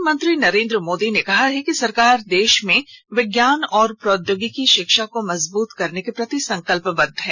प्रधानमंत्री नरेंद्र मोदी ने कहा है कि सरकार देश में विज्ञान और प्रौद्योगिकी शिक्षा को मजबूत करने के प्रति संकल्पबद्ध है